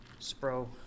Spro